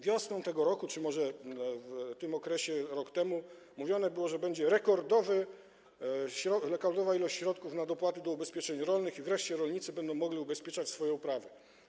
Wiosną tego roku, czy może w tym okresie rok temu, mówiono, że będzie rekordowa ilość środków na dopłaty do ubezpieczeń rolnych i wreszcie rolnicy będą mogli ubezpieczać swoje uprawy.